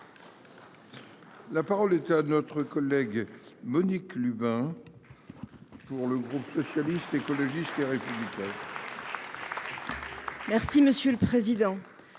La parole est à Mme Monique Lubin, pour le groupe Socialiste, Écologiste et Républicain.